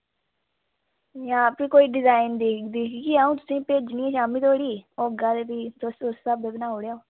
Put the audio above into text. जां फ्ही कोई डिजाईन दिक्खगी अं'ऊ तुसेंगी भेजनी आं शाम्मी धोड़ी होगा ते फ्ही तुस उस स्हाबै बनाई ओड़ेओ